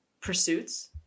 pursuits